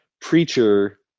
Preacher